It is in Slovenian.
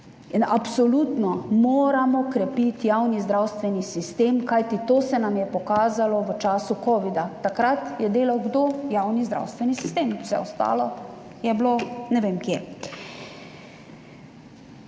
In absolutno moramo krepiti javni zdravstveni sistem, kajti to se nam je pokazalo v času covida. Kdo je takrat delal? Javni zdravstveni sistem. Vse ostalo je bilo ne vem kje.